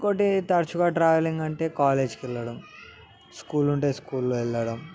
ఇంకోటి తరచుగా ట్రావెలింగ్ అంటే కాలేజీకెళ్ళడం స్కూల్ ఉంటే స్కూల్లో వెళ్ళడం